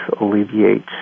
alleviate